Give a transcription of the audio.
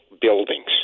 buildings